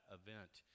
event